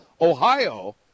Ohio